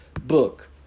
book